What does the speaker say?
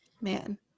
man